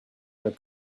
other